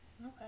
Okay